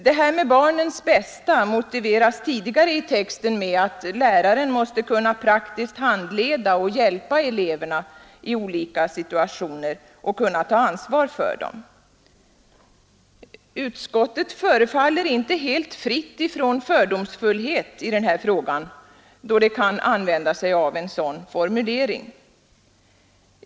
Detta med barnens bästa motiveras tidigare i texten med att läraren måste kunna praktiskt handleda och hjälpa eleverna och i olika situationer kunna ta ansvar för dem. Utskottet förefaller inte helt fritt från fördomsfullhet i den här frågan, då det kan använda sig av en sådan formulering.